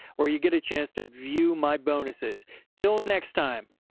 where you get a chance to view my bonuses till next time.